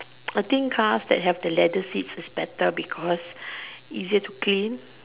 I think cars that have the leather seat is better because easier to clean